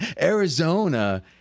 Arizona